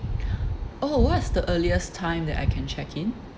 oh what is the earliest time that I can check in